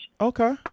Okay